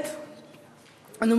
הצעות לסדר-היום מס' 3112,